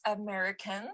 Americans